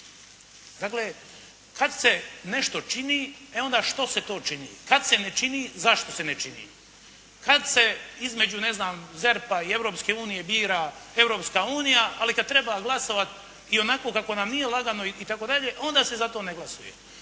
Dakle, kad se nešto čini, e onda što se to čini. Kad se ne čini, zašto se ne čini. Kad se između, ne znam, ZERP-a i Europske unije bira Europska unije, ali kad treba glasovat i onako kako nam nije lagano itd., onda se za to ne glasuje.